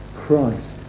Christ